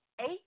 eight